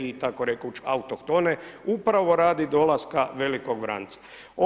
I takorekoć autohtone, upravo radi dolaska velikog vranca.